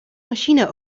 machine